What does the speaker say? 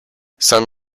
some